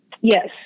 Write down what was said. Yes